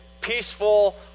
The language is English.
peaceful